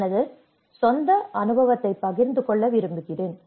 எனது சொந்த அனுபவத்தைப் பகிர்ந்து கொள்ள விரும்புகிறேன்